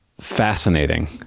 fascinating